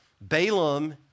Balaam